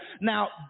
Now